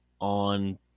on